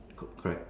co~ correct